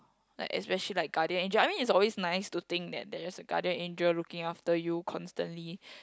like especially like guardian angel I mean it's always nice to think that there is a guardian angel looking after you constantly